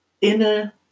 inner